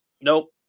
Nope